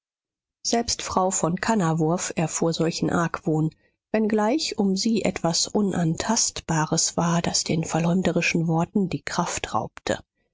selbst frau von kannawurf erfuhr solchen argwohn wenngleich um sie etwas unantastbares war das den verleumderischen worten die kraft raubte